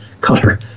color